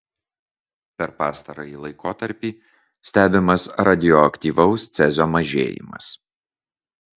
per pastarąjį laikotarpį stebimas radioaktyvaus cezio mažėjimas